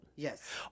Yes